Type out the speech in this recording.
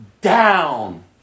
down